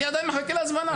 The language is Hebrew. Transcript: אני עדיין מחכה להזמנה.